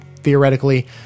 theoretically